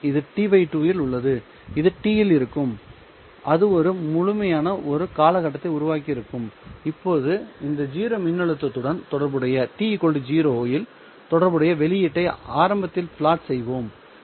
எனவே இது T 2 இல் உள்ளது இது T இல் இருக்கும் அது ஒரு முழுமையான ஒரு காலகட்டத்தை உருவாக்கியிருக்கும் இப்போது இந்த 0 மின்னழுத்தத்துடன் தொடர்புடைய t 0 இல் தொடர்புடைய வெளியீட்டை ஆரம்பத்தில் பிளாட் செய்வோம்